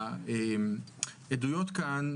העדויות כאן,